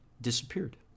disappeared